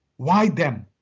why them,